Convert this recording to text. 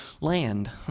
land